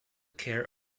care